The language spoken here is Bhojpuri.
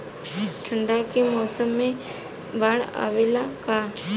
ठंडा के मौसम में भी बाढ़ आवेला का?